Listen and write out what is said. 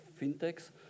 fintechs